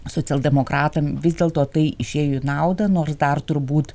socialdemokratam vis dėlto tai išėjo į naudą nors dar turbūt